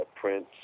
Prince